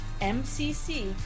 M-C-C